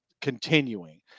continuing